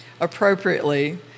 appropriately